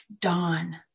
dawn